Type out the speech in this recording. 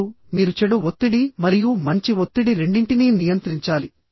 ఇప్పుడు మీరు చెడు ఒత్తిడి మరియు మంచి ఒత్తిడి రెండింటినీ నియంత్రించాలి